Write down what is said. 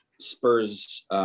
Spurs